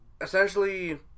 essentially